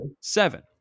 Seven